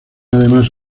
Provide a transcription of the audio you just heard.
además